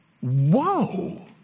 whoa